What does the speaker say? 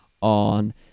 on